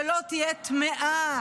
שלא תהיה טמאה?